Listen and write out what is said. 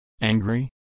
angry